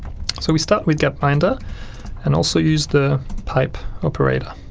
so we start with gapminder and also use the pipe operator.